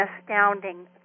astounding